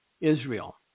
Israel